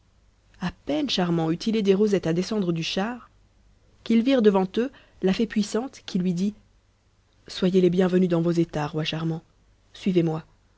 a peine charmant eut-il aidé rosette à descendre du char qu'ils virent devant eux la fée puissante qui lui dit soyez les bienvenus dans vos états roi charmant suivez-moi